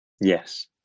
Yes